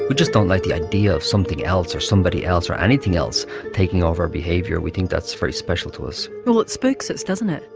but just don't like the idea of something else or somebody else or anything else taking over our behaviour, we think that's very special to us. well it spooks us doesn't it?